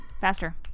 Faster